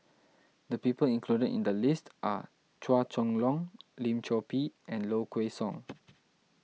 the people included in the list are Chua Chong Long Lim Chor Pee and Low Kway Song